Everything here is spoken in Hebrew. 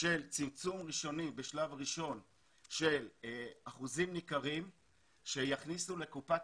על ידי צמצום אחוזים ניכרים שיכניסו לקופת